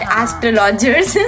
astrologers